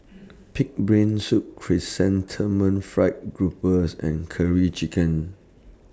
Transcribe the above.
Pig'S Brain Soup Chrysanthemum Fried Groupers and Curry Chicken